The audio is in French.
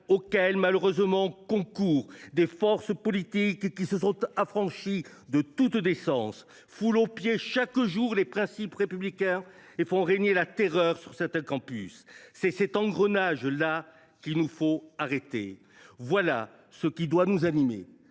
concourent malheureusement des forces politiques qui se sont affranchies de toute décence, qui foulent aux pieds chaque jour les principes républicains et qui font régner la terreur sur certains campus. C’est cet engrenage là qu’il nous faut arrêter ! Voilà ce qui doit nous animer